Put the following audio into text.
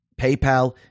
PayPal